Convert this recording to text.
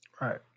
Right